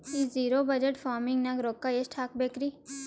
ಈ zero budget farming ನಾಗ್ ರೊಕ್ಕ ಎಷ್ಟು ಹಾಕಬೇಕರಿ?